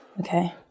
okay